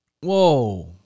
Whoa